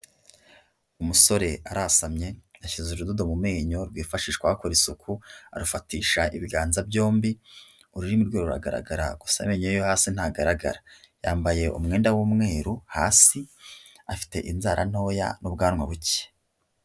Umusore arasamye ashyize urudodo mu menyo, bifashishwa bakora isuku, arufatisha ibiganza byombi, ururimi rwe ruragaragara, gusa amenyo yo hasi ntagaragara, yambaye umwenda w'umweru, hasi afite inzara ntoya n'ubwanwa buke.